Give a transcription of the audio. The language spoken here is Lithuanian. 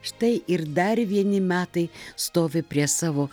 štai ir dar vieni metai stovi prie savo